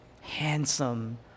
handsome